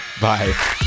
bye